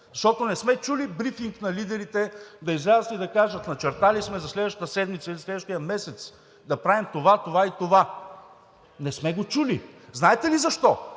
Защото не сме чули брифинг на лидерите, да излязат и да кажат: начертали сме за следващата седмица или следващия месец да правим това, това и това. Не сме го чули. Знаете ли защо?